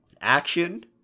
Action